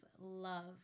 love